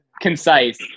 concise